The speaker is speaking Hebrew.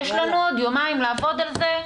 יש לנו עוד יומיים לעבוד על זה.